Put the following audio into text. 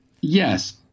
yes